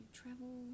travel